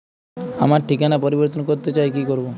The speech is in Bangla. আমার ঠিকানা পরিবর্তন করতে চাই কী করব?